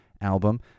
album